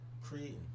creating